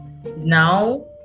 Now